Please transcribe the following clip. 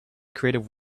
creative